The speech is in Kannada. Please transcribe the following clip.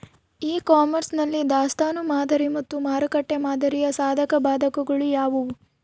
ಇ ಕಾಮರ್ಸ್ ನಲ್ಲಿ ದಾಸ್ತನು ಮಾದರಿ ಮತ್ತು ಮಾರುಕಟ್ಟೆ ಮಾದರಿಯ ಸಾಧಕಬಾಧಕಗಳು ಯಾವುವು?